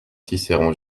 cicéron